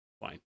Fine